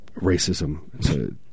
racism